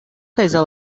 кайса